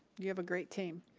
you have a great team.